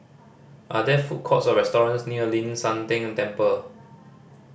are there food courts or restaurants near Ling San Teng Temple